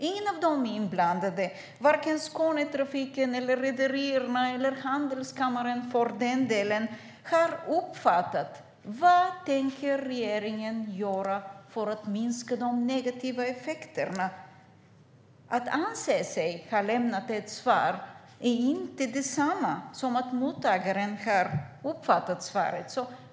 Ingen av de inblandade - vare sig Skånetrafiken, rederierna eller Handelskammaren - har uppfattat vad regeringen tänker göra för att minska de negativa effekterna. Att anse sig ha lämnat ett svar är inte detsamma som att mottagaren har uppfattat svaret.